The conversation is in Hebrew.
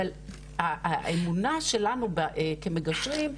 אבל האמונה שלנו כמגשרים,